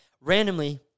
Randomly